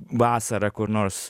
vasarą kur nors